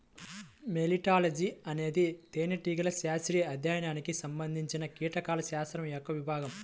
మెలిటాలజీఅనేది తేనెటీగల శాస్త్రీయ అధ్యయనానికి సంబంధించినకీటకాల శాస్త్రం యొక్క విభాగం